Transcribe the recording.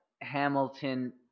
Hamilton